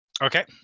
Okay